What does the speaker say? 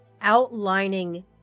outlining